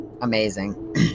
Amazing